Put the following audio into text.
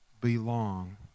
belong